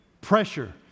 pressure